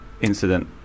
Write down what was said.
incident